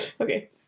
Okay